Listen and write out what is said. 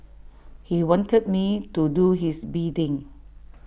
he wanted me to do his bidding